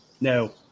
No